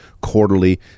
quarterly